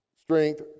strength